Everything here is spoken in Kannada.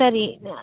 ಸರಿ ಆಂ